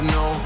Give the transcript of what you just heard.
no